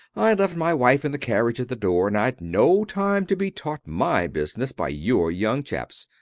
i'd left my wife in the carriage at the door and i'd no time to be taught my business by your young chaps.